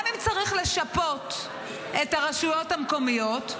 גם בזה צריך לשפות את הרשויות המקומיות,